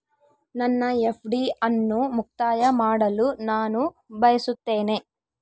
ನನ್ನ ಎಫ್.ಡಿ ಅನ್ನು ಮುಕ್ತಾಯ ಮಾಡಲು ನಾನು ಬಯಸುತ್ತೇನೆ